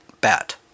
bat